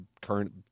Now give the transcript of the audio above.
current